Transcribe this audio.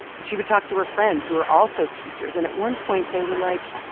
and she would talk to her friends who are also teachers, and at one point they were like,